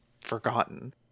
forgotten